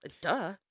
Duh